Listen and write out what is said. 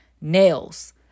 nails